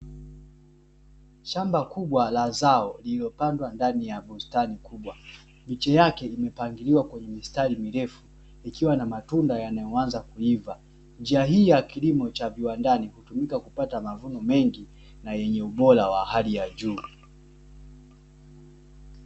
Shamba kubwa la zao lililopandwa ndani ya bustani kubwa. Miche yake imepangiliwa kwenye mistari mirefu ikiwa na matunda yanayoanza kuiva. Njia hii ya kilimo cha viwandani hutumika kupata mavuno mengi na yenye ubora wa hali ya juu.